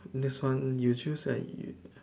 this one you choose eh you